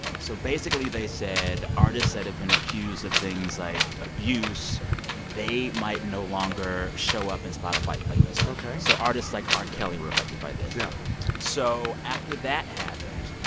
so basically, they said artists that have been accused of things like abuse they might no longer show up in spotify playlists ok so artists like r. kelly were affected by this yeah so after that happened,